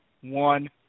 one